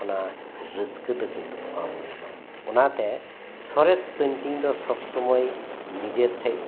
ᱚᱱᱟ ᱨᱟᱹᱥᱠᱟᱹ ᱫᱚ ᱠᱤᱱᱛᱩ ᱵᱟᱢ ᱧᱟᱢᱟ ᱚᱱᱟᱛᱮ ᱥᱚᱨᱮᱥ ᱯᱮᱱᱴᱤᱝ ᱫᱚ ᱥᱚᱵ ᱥᱩᱢᱟᱹᱭ ᱱᱤᱡᱮᱨ ᱴᱷᱮᱡ